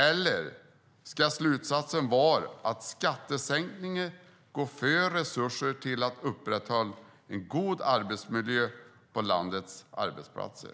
Eller ska slutsatsen vara att skattesänkningar går före resurser till att upprätthålla en god arbetsmiljö på landets arbetsplatser?